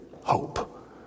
hope